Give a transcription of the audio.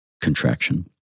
contraction